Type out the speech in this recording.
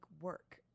work